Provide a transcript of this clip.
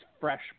fresh